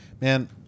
Man